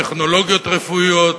טכנולוגיות רפואיות,